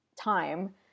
time